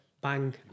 bang